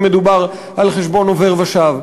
אם מדובר על חשבון עובר ושב.